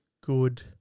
good